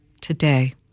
Today